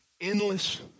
endless